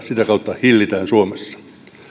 sitä kautta hillitään suomessa